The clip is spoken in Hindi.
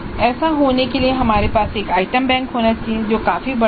ऐसा होने के लिए हमारे पास एक आइटम बैंक होना चाहिए जो काफी बड़ा हो